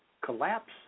Collapse